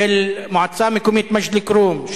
של המועצה המקומית מג'ד-אל-כרום,